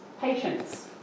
patience